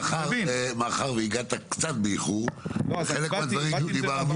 מאחר שהגעת באיחור, על חלק מהדברים כבר דיברנו.